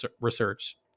research